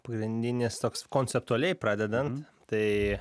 pagrindinis toks konceptualiai pradedant tai